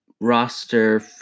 roster